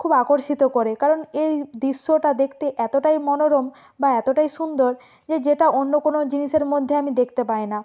খুব আকর্ষিত করে কারণ এই দৃশ্যটা দেখতে এতোটাই মনোরম বা এতোটাই সুন্দর যে যেটা অন্য কোনো জিনিসের মধ্যে আমি দেখতে পায় না